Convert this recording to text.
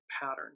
pattern